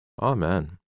Amen